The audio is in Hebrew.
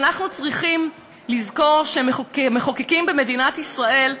אנחנו צריכים לזכור שכמחוקקים במדינת ישראל,